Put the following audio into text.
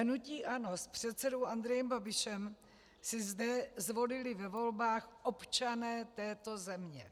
Hnutí ANO s předsedou Andrejem Babišem si zde zvolili ve volbách občané této země.